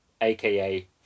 aka